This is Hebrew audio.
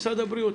זה משרד הבריאות,